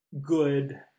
good